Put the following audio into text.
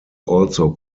also